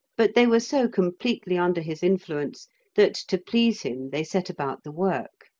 but they were so completely under his influence that to please him they set about the work.